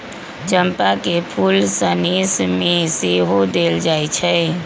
चंपा के फूल सनेश में सेहो देल जाइ छइ